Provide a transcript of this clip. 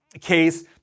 case